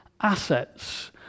assets